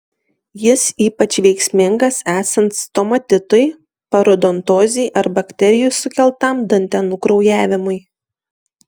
jis ypač veiksmingas esant stomatitui parodontozei ar bakterijų sukeltam dantenų kraujavimui